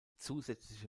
zusätzliche